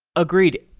agreed.